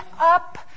up